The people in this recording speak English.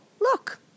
Look